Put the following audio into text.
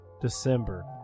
December